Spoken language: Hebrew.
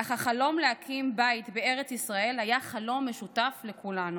אך החלום להקים בית בארץ ישראל היה חלום משותף לכולנו.